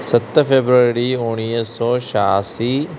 सत फेबरवरी उणिवीह सौ छहासी